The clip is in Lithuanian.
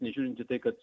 nežiūrint į tai kad